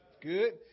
Good